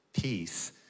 peace